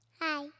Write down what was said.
Hi